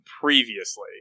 previously